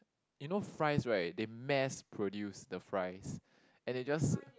you know fries right they mass produce the fries and it just